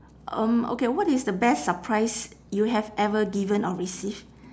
um okay what is the best surprise you have ever given or receive